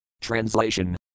Translation